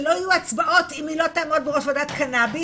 שלא יהיו הצבעות אם היא לא תעמוד בראש ועדת קנאביס,